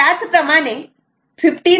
त्याचप्रमाणे 15